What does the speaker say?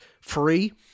free